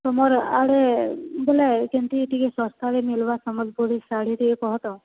ତମର୍ ଆଡ଼େ ବୋଇଲେ କେମ୍ତି ଟିକେ ଶସ୍ତାରେ ମିଲ୍ବା ସମ୍ବଲପୁରୀ ଶାଢ଼ୀ ଟିକେ କହ ତ